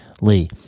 Lee